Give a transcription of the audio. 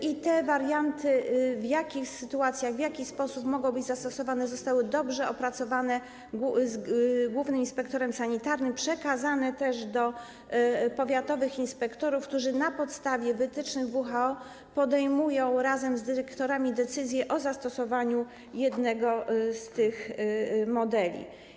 I to, w jakich sytuacjach, w jaki sposób mogą być te warianty zastosowane, zostało dobrze opracowane z głównym inspektorem sanitarnym, przekazane też do powiatowych inspektorów, którzy na podstawie wytycznych WHO podejmują razem z dyrektorami decyzje o zastosowaniu jednego z tych modeli.